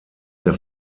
der